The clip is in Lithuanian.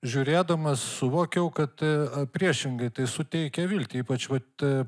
žiūrėdamas suvokiau kad priešingai tai suteikia viltį ypač vat